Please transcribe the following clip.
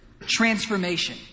transformation